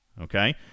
okay